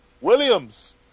Williams